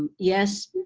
um yes,